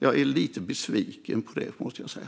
Jag är lite besviken på det, måste jag säga.